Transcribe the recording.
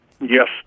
Yes